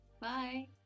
bye